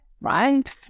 right